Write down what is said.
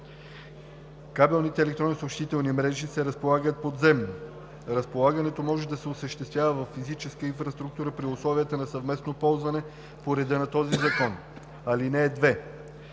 Кабелните електронни съобщителни мрежи се разполагат подземно. Разполагането може да се осъществи във физическа инфраструктура при условията на съвместно ползване по реда на този закон. (2) Кабелни